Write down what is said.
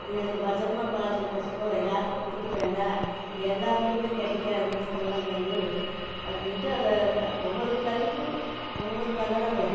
நீ அதை பத்திரமா பாதுகாத்துக்கோ யாருக்கும் கொடுக்க வேண்டாம் இது எல்லாருக்குமே கிடைக்காது இந்த கூழாங்கல் அப்படின்ட்டு அதை ஒவ்வொரு கல்லுக்கும் ஒவ்வொரு கலராக வரும்